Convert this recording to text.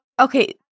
Okay